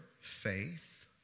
faith